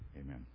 amen